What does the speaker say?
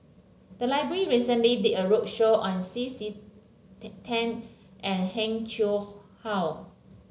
the library recently did a roadshow on C C Tan Tan and Heng Chee How